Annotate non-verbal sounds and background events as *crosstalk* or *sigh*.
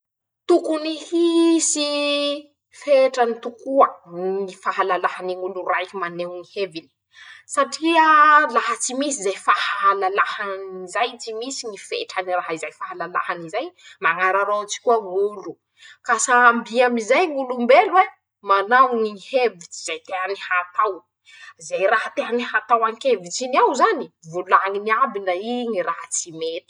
Tokony hisyy fetrany tokoa a, ñy fahalalahany ñ'olo raiky maneho ñy heviny, satria laha tsy misy zay fahalalahan'izay, tsy misy ñy fetrany raha zay fahalalahan'izay, mañararaotsy koa ñ'olo, ka sambyy am'izay ñ'olombelo e, manao ñy hevitsy zay teany hatao, *shushes* ze raha teany atao an-kevitsy ny ao zany, volañiny iaby ndra ii ñy raha tsy me.